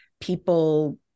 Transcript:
people